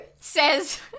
says